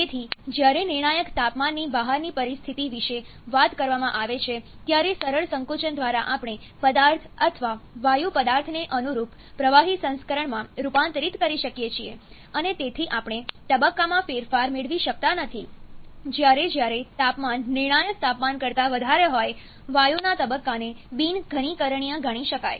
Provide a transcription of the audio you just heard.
તેથી જ્યારે નિર્ણાયક તાપમાનની બહારની પરિસ્થિતિ વિશે વાત કરવામાં આવે છે ત્યારે સરળ સંકોચન દ્વારા આપણે પદાર્થ અથવા વાયુ પદાર્થને અનુરૂપ પ્રવાહી સંસ્કરણમાં રૂપાંતરિત કરી શકીએ છીએ અને તેથી આપણે તબક્કામાં ફેરફાર મેળવી શકતા નથી જ્યારે જ્યારે તાપમાન નિર્ણાયક તાપમાન કરતા વધારે હોય વાયુના તબક્કાને બિન ઘનીકરણીય ગણી શકાય